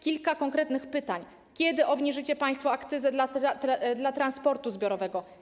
Kilka konkretnych pytań: Kiedy obniżycie państwo akcyzę dla transportu zbiorowego?